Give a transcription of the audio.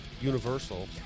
universal